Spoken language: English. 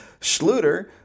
Schluter